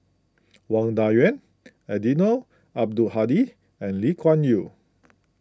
Wang Dayuan Eddino Abdul Hadi and Lee Kuan Yew